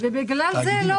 לכן לא